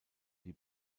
die